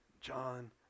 John